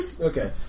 Okay